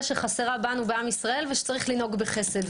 שחסרה בנו בעם ישראל ושצריך לנהוג בחסד.